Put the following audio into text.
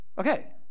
Okay